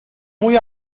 muy